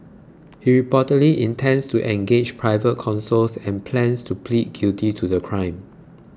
he reportedly intends to engage private counsels and plans to plead guilty to the crime